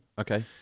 Okay